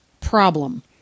problem